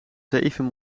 zeven